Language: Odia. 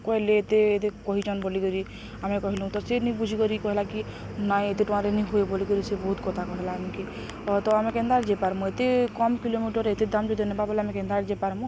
କହିଲେ ଏତେ ଦେ କହିଛନ୍ ବୋଲିକରି ଆମେ କହିଲୁ ତ ସେ ନି ବୁଝିିକରିି କହିଲା କି ନାଇ ଏତେ ଟଙ୍କାରେ ନିି ହୁଏ ବୋଲିକରି ସେ ବହୁତ କଥା କହିଲା ଆମ୍ କେ ତ ତ ଆମେ କେନ୍ତାର୍ ଯେ ପାର୍ମୁ ଏତେ କମ୍ କିଲୋମିଟର ଏତେ ଦାମ ଯଦି ନବା ବଲେ ଆମେ କେନ୍ତା ଆ ଯେ ପାର୍ମୁ